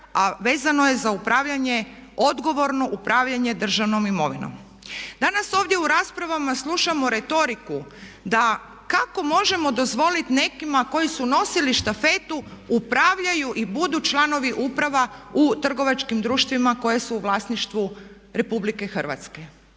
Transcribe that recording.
a vezano je za odgovorno upravljanje državnom imovinom. Danas ovdje u raspravama slušamo retoriku da kako možemo dozvoliti nekima koji su nosili štafetu da upravljaju i budu članovi uprava u trgovačkim društvima koja su u vlasništvu Republike Hrvatske.